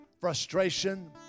frustration